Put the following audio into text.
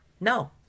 no